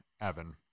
Evan